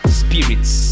spirits